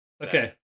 Okay